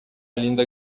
linda